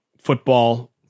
football